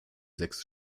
sechs